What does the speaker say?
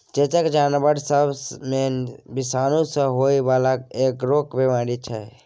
चेचक जानबर सब मे विषाणु सँ होइ बाला एगो बीमारी छै